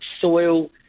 soil